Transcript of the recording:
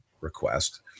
request